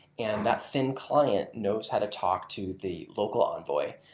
and that thin client knows how to talk to the local envoy.